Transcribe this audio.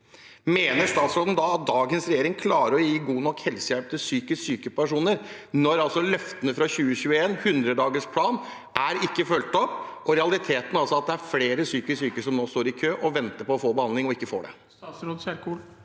Mener statsråden da at dagens regjering klarer å gi god nok helsehjelp til psykisk syke personer, når løftene fra 2021 – hundredagersplanen – ikke er fulgt opp, og realiteten er at det er flere psykisk syke som nå står i kø og venter på å få behandling, og ikke får det? Statsråd Ingvild